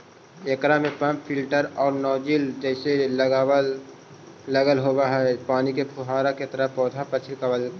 एकरा में pump filter आउ नॉजिल आदि लगल होवऽ हई जे पानी के फुहारा के तरह पौधा पर छिड़काव करऽ हइ